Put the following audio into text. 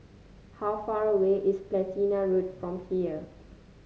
how far away is Platina Road from here